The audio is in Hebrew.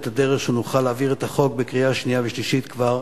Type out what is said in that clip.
הדרך ונוכל להעביר את החוק בקריאה שנייה ושלישית כבר